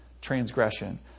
transgression